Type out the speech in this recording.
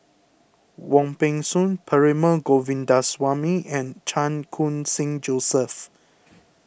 Wong Peng Soon Perumal Govindaswamy and Chan Khun Sing Joseph